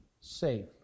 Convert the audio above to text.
safe